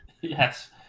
Yes